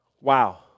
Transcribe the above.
Wow